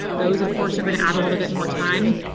those of course are going to add a little bit more time.